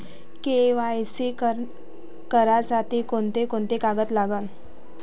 KYC करासाठी कोंते कोंते कागद लागन?